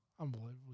unbelievable